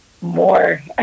more